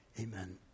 Amen